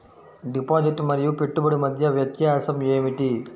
Deposit మరియు పెట్టుబడి మధ్య వ్యత్యాసం ఏమిటీ?